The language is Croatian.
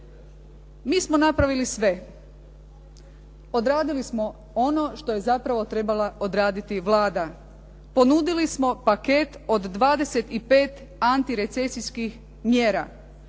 mi smo napravili sve. odradili smo ono što je zapravo trebala odraditi Vlada. Ponudili smo paket od 25 antirecesijskih mjera.